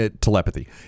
telepathy